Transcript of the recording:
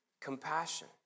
compassion